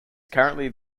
currently